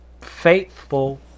faithful